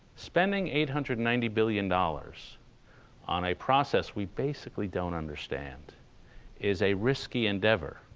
spending eight hundred and ninety billion dollars on a process we basically don't understand is a risky endeavor.